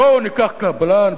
בואו ניקח קבלן,